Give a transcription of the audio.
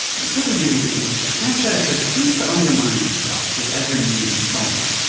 scooby-doo is a franchise that seems to undermine itself with every new installment.